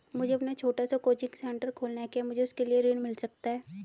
मुझे अपना छोटा सा कोचिंग सेंटर खोलना है क्या मुझे उसके लिए ऋण मिल सकता है?